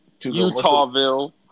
Utahville